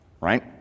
Right